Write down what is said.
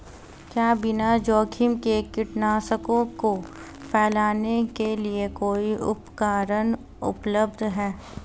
क्या बिना जोखिम के कीटनाशकों को फैलाने के लिए कोई उपकरण उपलब्ध है?